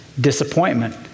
disappointment